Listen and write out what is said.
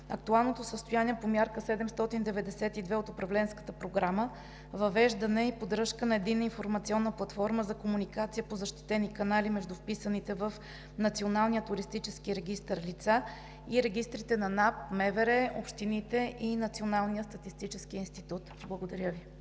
актуалното състояние по Мярка 792 от Управленската програма: „Въвеждане и поддръжка на Единна информационна платформа за комуникация по защитени канали между вписаните в Националния туристически регистър лица и регистрите на НАП, МВР, общините и Националния статистически институт“. Благодаря Ви.